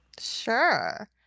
Sure